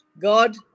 God